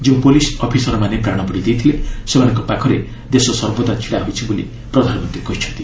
ଯେଉଁ ପ୍ରଲିସ୍ ଅଫିସରମାନେ ପ୍ରାଣବଳି ଦେଇଥିଲେ ସେମାନଙ୍କ ପାଖରେ ଦେଶ ସର୍ବଦା ଛିଡ଼ା ହୋଇଛି ବୋଲି ପ୍ରଧାନମନ୍ତ୍ରୀ କହିଛନ୍ତି